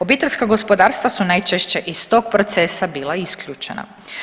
Obiteljska gospodarstva su najčešće iz tog procesa bila isključena.